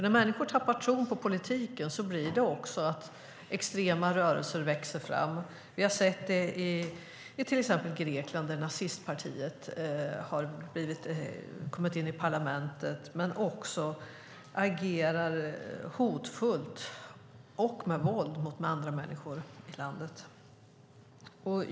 När människor tappar tron på politiken växer extrema rörelser fram. Vi har sett det i till exempel Grekland, där nazistpartiet har kommit in i parlamentet. Man agerar också hotfullt och med våld mot andra människor i landet.